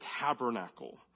tabernacle